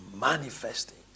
manifesting